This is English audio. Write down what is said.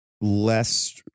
less